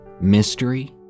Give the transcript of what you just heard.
mystery